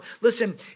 Listen